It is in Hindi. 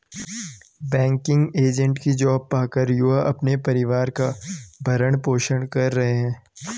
बैंकिंग एजेंट की जॉब पाकर युवा अपने परिवार का भरण पोषण कर रहे है